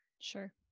sure